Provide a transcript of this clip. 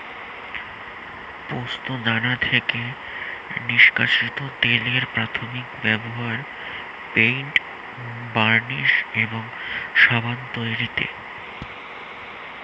পোস্তদানা থেকে নিষ্কাশিত তেলের প্রাথমিক ব্যবহার পেইন্ট, বার্নিশ এবং সাবান তৈরিতে